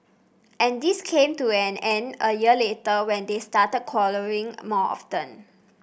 and this came to an end a year later when they started quarrelling more often